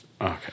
Okay